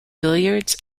billiards